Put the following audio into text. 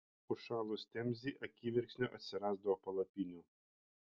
užšalus temzei akimirksniu atsirasdavo palapinių